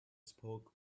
spoke